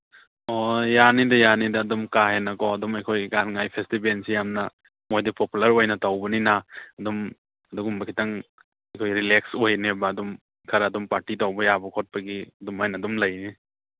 ꯑꯣ ꯌꯥꯅꯤꯗ ꯌꯥꯅꯤꯗ ꯑꯗꯨꯝ ꯀꯥ ꯍꯦꯟꯅꯀꯣ ꯑꯗꯨꯝ ꯑꯩꯈꯣꯏ ꯒꯥꯟꯉꯥꯏ ꯐꯦꯁꯇꯤꯚꯦꯜꯁꯤ ꯌꯥꯝꯅ ꯃꯣꯏꯗꯤ ꯄꯣꯄꯨꯂꯔ ꯑꯣꯏꯅ ꯇꯧꯕꯅꯤꯅ ꯑꯗꯨꯝ ꯑꯗꯨꯒꯨꯝꯕ ꯈꯤꯇꯪ ꯑꯩꯈꯣꯏ ꯔꯤꯂꯦꯛꯁ ꯑꯣꯏꯅꯦꯕ ꯑꯗꯨꯝ ꯈꯔ ꯑꯗꯨꯝ ꯄꯥꯔꯇꯤ ꯇꯧꯕ ꯌꯥꯕ ꯈꯣꯠꯄꯒꯤ ꯑꯗꯨꯃꯥꯏꯅ ꯑꯗꯨꯝ ꯂꯩꯅꯤ